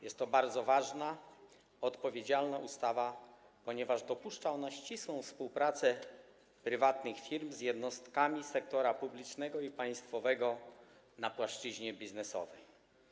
Jest to bardzo ważna, odpowiedzialna ustawa, ponieważ dopuszcza ona ścisłą współpracę prywatnych firm z jednostkami sektora publicznego i państwowego na płaszczyźnie biznesowej.